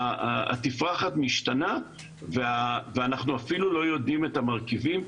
התפרחת משתנה ואנחנו אפילו לא יודעים מה המרכיבים.